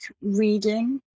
reading